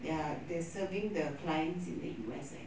ya they're serving their clients in the west